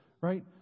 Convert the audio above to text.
right